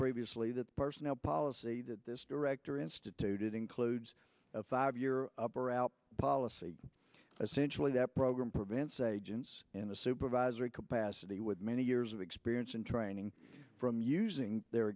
previously that the personnel policy that this director instituted includes a five year or out policy as essentially that program prevents agents in a supervisory capacity with many years of experience and training from using their